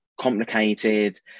complicated